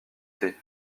thé